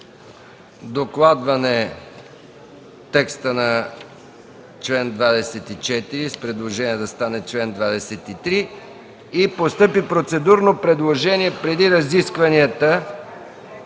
Докладван е текстът на чл. 24, с предложение да стане чл. 23. Постъпи процедурно предложение – преди разискванията